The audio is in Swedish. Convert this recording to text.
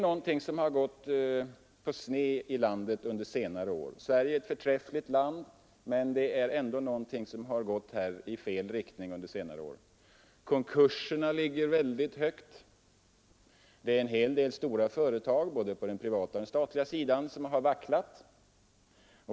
Någonting har gått på sned i landet under senare år. Sverige är ett förträffligt land, men någonting har ändå gått i fel riktning under senare år. Antalet konkurser ligger väldigt högt. En hel del stora företag både på den privata och statliga sidan har vacklat.